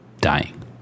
dying